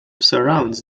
surrounds